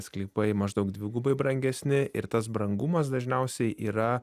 sklypai maždaug dvigubai brangesni ir tas brangumas dažniausiai yra